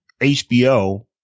HBO